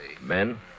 Men